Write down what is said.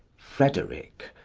frederick,